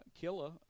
Killa